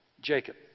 Jacob